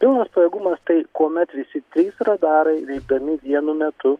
pilnas pajėgumas tai kuomet visi trys radarai veikdami vienu metu